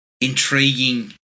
intriguing